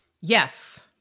yes